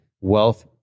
wealth